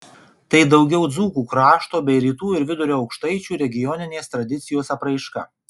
tai daugiau dzūkų krašto bei rytų ir vidurio aukštaičių regioninės tradicijos apraiška